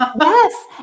Yes